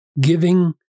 giving